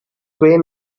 quay